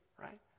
Right